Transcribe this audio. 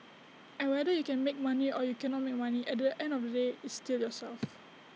and whether you can make money or you cannot make money at the end of the day it's still yourself